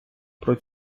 про